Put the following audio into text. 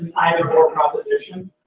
either or proposition.